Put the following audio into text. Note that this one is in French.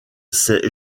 ces